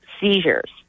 seizures